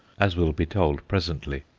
as will be told presently.